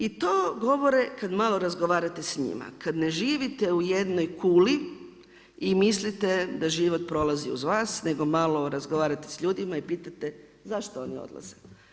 I to govore, kad malo razgovarate s njima, kad ne živite u jednoj kuli i mislite da život prolazi uz vas, nego malo razgovarate s ljudima i pitate zašto oni odlaze.